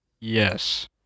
Yes